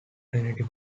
trinity